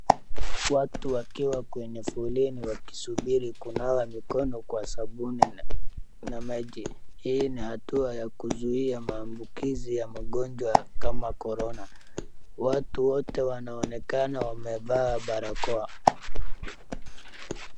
Watu wakiwa kwenye foleni wakisubiri kunawa mikono kwa sabuni na maji, hii ni hatua ya kuzuia maambukizi ya magojwa kama corona, watu wote wanaonekana wamevaa barakoa.